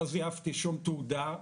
לא זייפתי שום תעודה,